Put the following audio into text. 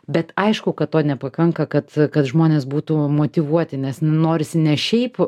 bet aišku kad to nepakanka kad kad žmonės būtų motyvuoti nes norisi ne šiaip